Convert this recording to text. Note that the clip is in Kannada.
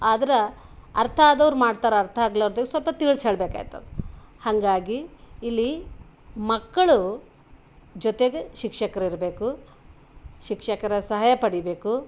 ಆದ್ರೆ ಅರ್ಥ ಆದವ್ರು ಮಾಡ್ತಾರೆ ಅರ್ಥ ಆಗಲ್ಲೋರ್ದು ಸ್ವಲ್ಪ ತಿಳಿಸಿ ಹೇಳ್ಬೇಕಾಯ್ತದ ಹಾಗಾಗಿ ಇಲ್ಲಿ ಮಕ್ಕಳು ಜೊತೆಗೆ ಶಿಕ್ಷಕರಿರ್ಬೇಕು ಶಿಕ್ಷಕರ ಸಹಾಯ ಪಡಿಬೇಕು